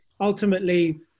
ultimately